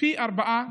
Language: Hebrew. פי ארבעה